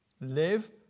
Live